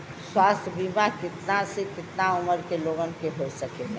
स्वास्थ्य बीमा कितना से कितना उमर के लोगन के हो सकेला?